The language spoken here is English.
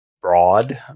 broad